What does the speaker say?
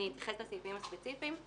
אני אתייחס לסעיפים הספציפיים.